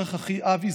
דרך אחי אבי,